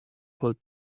pulled